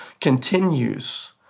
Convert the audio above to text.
continues